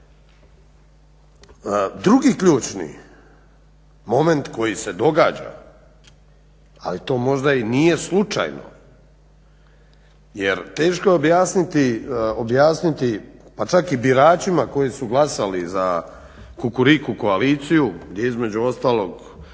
Drugi ključni moment koji se događa ali to možda i nije slučajno jer teško je objasniti pa čak i biračima koji su glasali za Kukuriku koaliciju da između ostalog